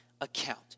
account